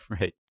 Right